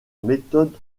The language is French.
méthode